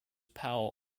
power